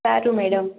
સારું મેડમ